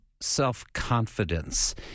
self-confidence